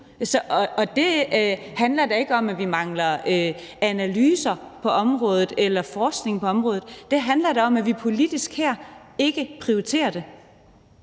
Og det handler da ikke om, at vi mangler analyser på området eller forskning på området; det handler da om, at vi politisk her ikke prioriterer det.